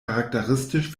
charakteristisch